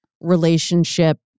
relationship